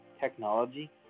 technology